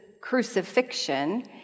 crucifixion